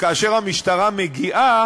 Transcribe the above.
וכאשר המשטרה מגיעה